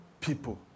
people